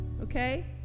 Okay